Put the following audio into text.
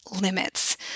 limits